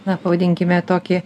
na pavadinkime tokį